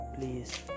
please